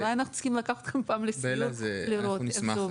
אולי אנחנו צריכים פעם לקחת אתכם לסיור כדי לראות איך זה עובד.